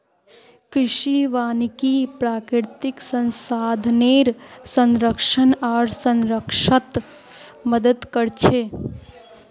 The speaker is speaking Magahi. कृषि वानिकी प्राकृतिक संसाधनेर संरक्षण आर संरक्षणत मदद कर छे